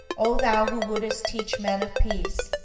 o thou who wouldst teach men of peace!